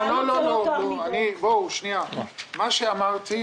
מה שאמרתי,